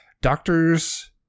doctors